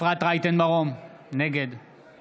אפרת רייטן מרום, נגד